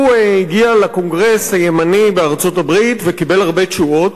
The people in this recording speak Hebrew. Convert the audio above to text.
הוא הגיע לקונגרס הימני בארצות-הברית וקיבל הרבה תשואות.